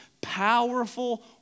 powerful